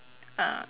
uh